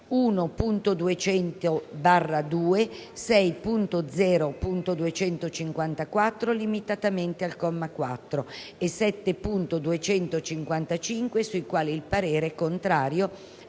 1.200/2, 6.0.254 (limitatamente al comma 4) e 7.255 sui quali il parere è contrario,